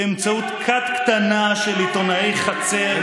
יש מי שבאמצעות כת קטנה של עיתונאי חצר שהצליחו,